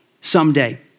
someday